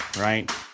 right